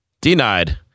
Denied